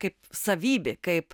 kaip savybė kaip